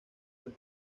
del